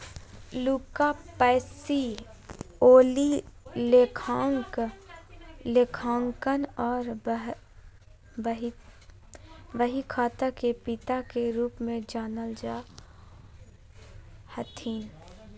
Luca Pacioli लेखांकन आर बहीखाता के पिता के रूप मे जानल जा हथिन